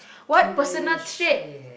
what personal trait